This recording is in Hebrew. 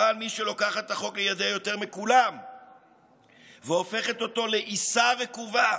אבל מי שלוקחת את החוק לידיה יותר מכולם והופכת אותו לעיסה רקובה